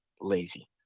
lazy